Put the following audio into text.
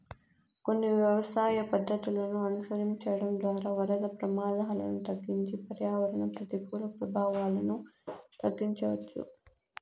కొన్ని వ్యవసాయ పద్ధతులను అనుసరించడం ద్వారా వరద ప్రమాదాలను తగ్గించి పర్యావరణ ప్రతికూల ప్రభావాలను తగ్గించవచ్చు